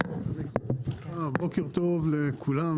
בוקר טוב לכולם,